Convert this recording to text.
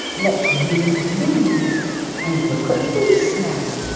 let's lose lose and look at loose now.